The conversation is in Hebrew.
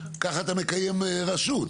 כך אתה מקיים רשות.